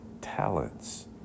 talents